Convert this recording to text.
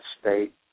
state